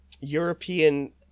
European